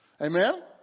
Amen